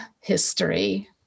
history